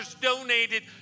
donated